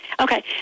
Okay